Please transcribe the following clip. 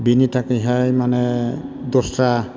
बेनि थाखैहाय मानि दस्रा